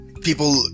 people